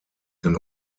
can